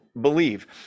believe